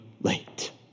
late